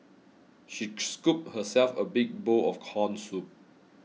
she scooped herself a big bowl of Corn Soup